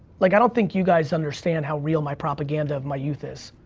like, i don't think you guys understand how real my propaganda of my youth is.